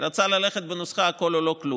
כי הוא רצה ללכת בנוסחה של הכול או לא כלום.